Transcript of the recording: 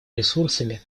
ресурсами